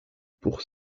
pour